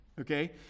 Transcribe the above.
okay